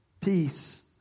peace